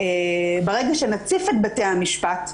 ברגע שנציף את בתי המשפט,